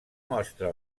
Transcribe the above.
mostra